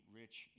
rich